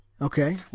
Okay